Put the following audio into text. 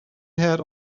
had